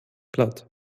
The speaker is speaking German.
platt